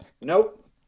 Nope